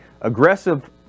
aggressive